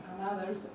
others